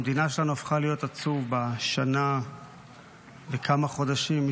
המדינה שלנו הפכה להיות עצובה בשנה וכמה חודשים.